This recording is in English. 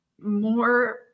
More